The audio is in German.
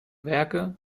werke